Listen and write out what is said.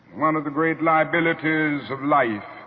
one of the great liabilities of life